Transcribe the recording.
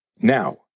Now